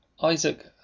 Isaac